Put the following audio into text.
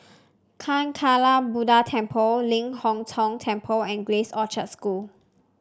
Kancanarama Buddha Temple Ling Hong Tong Temple and Grace Orchard School